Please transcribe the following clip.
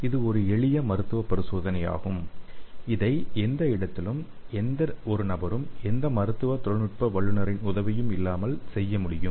இது ஒரு எளிய மருத்துவ பரிசோதனையாகும் இதை எந்த இடத்திலும் எந்தவொரு நபரும் எந்த மருத்துவ தொழில்நுட்ப வல்லுநரின் உதவியும் இல்லாமல் செய்ய முடியும்